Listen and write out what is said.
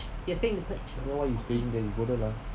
I don't know why you staying there yo go there lah